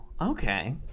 okay